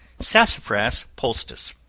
sassafras poultice.